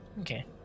Okay